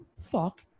fuck